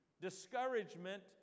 Discouragement